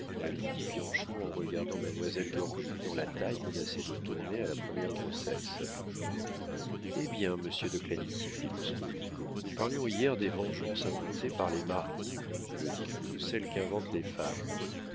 répondit bianchon en regardant mademoiselle gorju dont la taille menaçait de tourner à la première grossesse eh bien monsieur de clagny dit lousteau nous parlions hier des vengeances inventées par les maris que dites-vous de celles qu'inventent les femmes